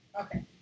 Okay